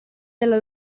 della